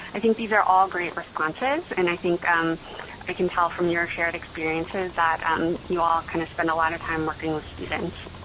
i think these are all great responses and i think um i can tell from your shared experiences that um you all kind of spend a lot of time working with students.